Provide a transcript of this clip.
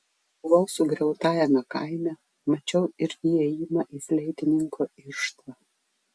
buvau sugriautajame kaime mačiau ir įėjimą į fleitininko irštvą